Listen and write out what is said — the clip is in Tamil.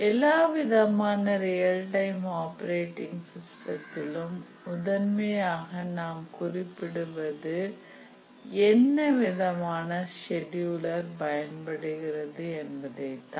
எல்லா விதமான ரியல் டைம் ஆப்பரேட்டிங் சிஸ்டத்திலும் முதன்மையாக நாம் குறிப்பிடுவது என்னவிதமான செடியூலர் பயன்படுகிறது என்பதை தான்